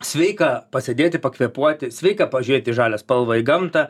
sveika pasėdėti pakvėpuoti sveika pažiūrėt į žalią spalvą į gamtą